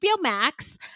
Max